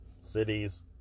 cities